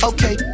Okay